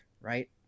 Right